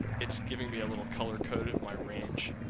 it's giving me a little color code of my range,